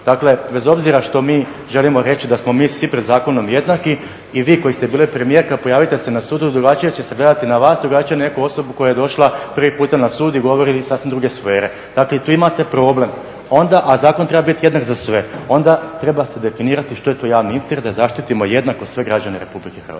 dakle bez obzira što mi želimo reći da smo mi svi pred zakonom jednaki i vi koji ste bili premijerka pojavite se na sudu drugačije će se gledati na vas, drugačije na neku osobu koja je došla prvi puta na sud i govori iz sasvim druge sfere. Dakle tu imate problem, a zakon treba biti jednak za sve. onda treba se definirati što je to javni interes da zaštitimo jednako sve građane Republike Hrvatske.